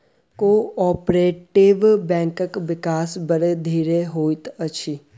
cooperative बैंकक विकास बड़ धीरे होइत अछि